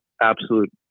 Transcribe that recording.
absolute